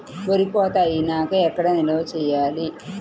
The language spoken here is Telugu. వరి కోత అయినాక ఎక్కడ నిల్వ చేయాలి?